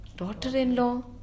daughter-in-law